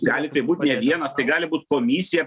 gali tai būt ne vienas tai gali būt komisija